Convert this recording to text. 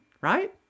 right